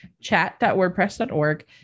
Chat.wordpress.org